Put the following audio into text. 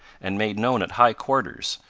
and made known at high quarters,